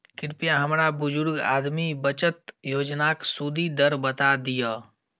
कृपया हमरा बुजुर्ग आदमी बचत योजनाक सुदि दर बता दियऽ